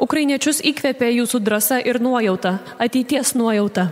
ukrainiečius įkvepia jūsų drąsa ir nuojauta ateities nuojauta